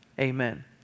amen